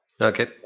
Okay